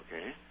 Okay